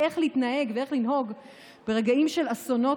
איך להתנהג ואיך לנהוג ברגעים של אסונות